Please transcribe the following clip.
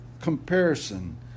comparison